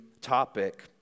topic